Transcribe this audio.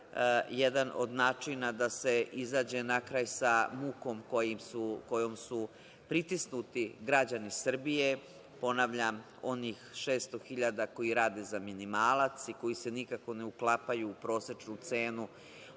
jedan od načina da se izađe na kraj sa mukom kojom su pritisnuti građani Srbije. Ponavljam, onih 600.000 koji rade za minimalac i koji se nikako ne uklapaju u prosečnu cenu